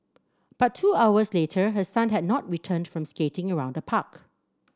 but two hours later her son had not returned from skating around the park